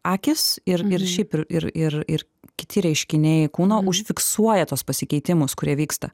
akys ir ir šiaip ir ir ir kiti reiškiniai kūno užfiksuoja tuos pasikeitimus kurie vyksta